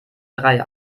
drei